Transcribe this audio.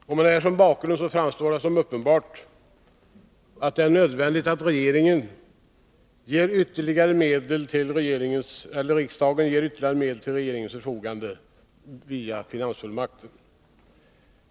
Mot denna bakgrund framstår det som uppenbart att det är nödvändigt att riksdagen ger ytterligare medel till regeringens förfogande via finansfullmakten.